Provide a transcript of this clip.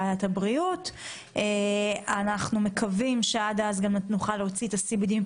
אנחנו גם בודקים את הפן הזה.